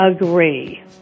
agree